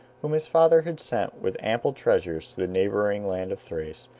whom his father had sent with ample treasures to the neighboring land of thrace,